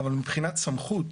אבל מבחינת סמכות